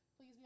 Please